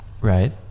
right